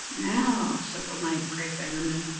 now, said the lank, grey beggarman,